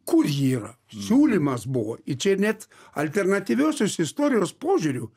kur ji yra siūlymas buvo ir čia net alternatyviosios istorijos požiūriu